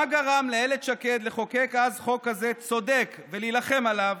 מה גרם לאילת שקד לחוקק אז חוק כזה צודק ולהילחם עליו,